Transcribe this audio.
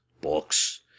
books